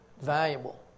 valuable